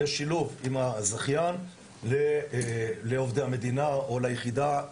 יש שילוב של הזכיין עם עובדי המדינה או ליחידה.